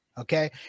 Okay